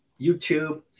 YouTube